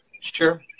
Sure